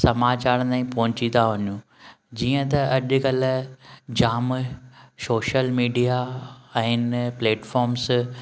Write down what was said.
समाचारु ताईं पहुची था वञूं जीअं त अॼु कल्ह जाम सोशल मीडीया ऐ हिन प्लैटफोर्म्स